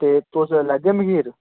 ते तुस लैह्गे मखीर